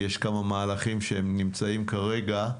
כי יש כמה מהלכים שנמצאים כרגע.